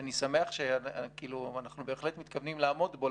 ואני שמח ואנחנו בהחלט מתכוונים לעמוד בו,